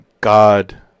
God